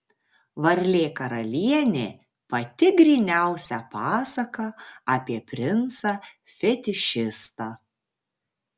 varlė karalienė pati gryniausia pasaka apie princą fetišistą